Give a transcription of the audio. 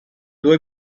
due